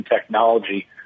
technology